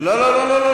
לא.